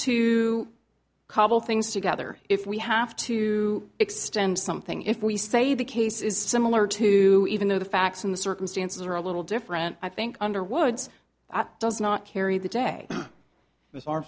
cobble things together if we have to extend something if we say the case is similar to even though the facts and the circumstances are a little different i think underwood's does not carry the day